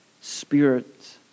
spirit